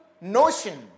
notion